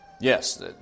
Yes